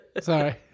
Sorry